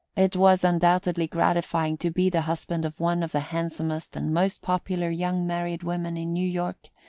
it was undoubtedly gratifying to be the husband of one of the handsomest and most popular young married women in new york,